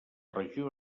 regió